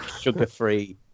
sugar-free